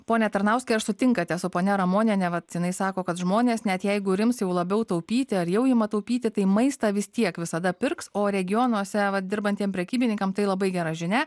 pone tarnauskai ar sutinkate su ponia ramoniene vat jinai sako kad žmonės net jeigu ir ims jau labiau taupyti ar jau ima taupyti tai maistą vis tiek visada pirks o regionuose dirbantiem prekybininkam tai labai gera žinia